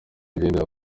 ugendera